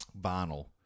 vinyl